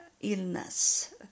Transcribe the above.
illness